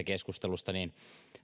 keskustelusta